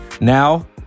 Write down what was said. Now